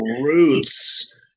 Roots